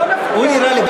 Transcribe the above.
אבל הוא נראה לי,